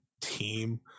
team